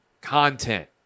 content